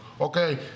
Okay